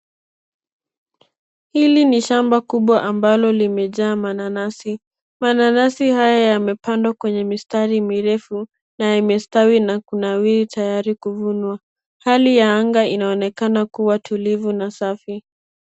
Hili ni shamba kubwa ambalo limejaa mananasi. Mananasi haya yamepandwa kwenye mistari mirefu na yamestawi na kunawiri tayari kuvunwa. Hali ya anga inaonekana kuwa tulivu na safi.